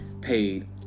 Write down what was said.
paid